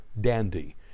Dandy